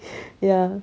ya